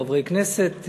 חברי כנסת.